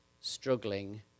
struggling